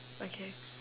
okay